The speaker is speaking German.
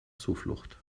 zuflucht